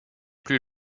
plus